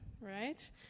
right